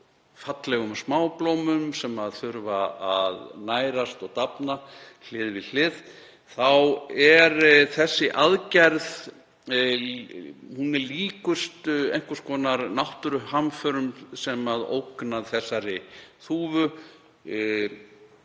fallegum smáblómum sem þurfa að nærast og dafna hlið við hlið þá er þessi aðgerð líkust einhvers konar náttúruhamförum sem ógna þessari þúfu,